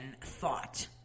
thought